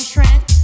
Trent